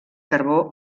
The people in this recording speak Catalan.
carbó